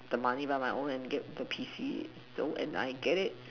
the money by my own and get the P_C so and I get it